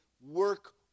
work